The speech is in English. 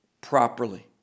properly